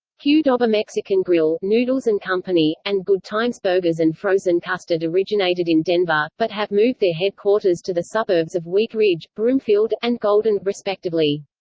yeah qdoba mexican grill, noodles and company, and good times burgers and frozen custard originated in denver, but have moved their headquarters to the suburbs of wheat ridge, broomfield, and golden, respectively.